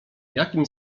jakim